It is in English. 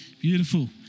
Beautiful